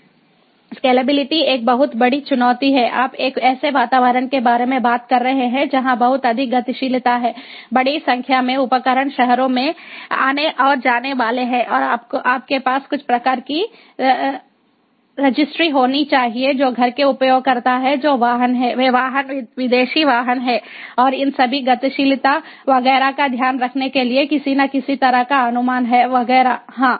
scalability एक बहुत बड़ी चुनौती है आप एक ऐसे वातावरण के बारे में बात कर रहे हैं जहाँ बहुत अधिक गतिशीलता है बड़ी संख्या में उपकरण शहरों में आने और जाने वाले है और आपके पास कुछ प्रकार की रजिस्ट्री होनी चाहिए जो घर के उपयोगकर्ता हैं जो वाहन हैं वे वाहन विदेशी वाहन हैं और इन सभी गतिशीलता वगैरह का ध्यान रखने के लिए किसी न किसी तरह का अनुमान है वगैरह हाँ